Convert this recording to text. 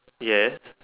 yes